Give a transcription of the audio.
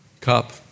cup